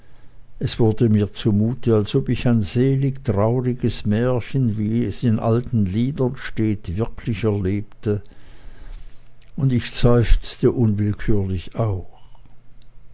es wurde mir zu mute als ob ich ein selig trauriges märchen wie es in alten liedern steht wirklich erlebte und ich seufzte unwillkürlich auf